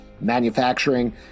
manufacturing